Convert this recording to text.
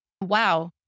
Wow